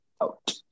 out